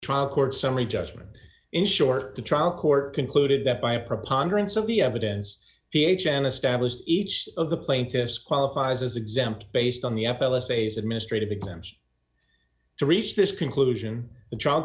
trial court summary judgment in short the trial court concluded that by a preponderance of the evidence ph an established each of the plaintiffs qualifies as exempt based on the f l essays administrative exams to reach this conclusion t